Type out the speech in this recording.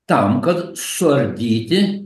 tam kad suardyti